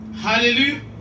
Hallelujah